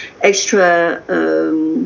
extra